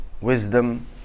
wisdom